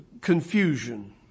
confusion